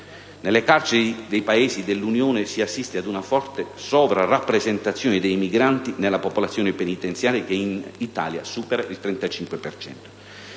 Nelle carceri dei Paesi dell'Unione si assiste ad una forte sovrarappresentazione dei migranti nella popolazione penitenziaria che in Italia supera il 35